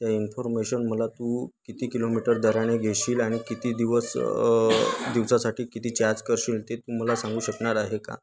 त्या इन्फॉर्मेशन मला तू किती किलोमीटर दराने घेशील आणि किती दिवस दिवसासाठी किती चार्ज करशील ते तू मला सांगू शकणार आहे का